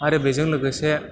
आरो बेजों लोगोसे